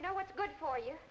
you know what's good for y